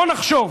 בוא נחשוב.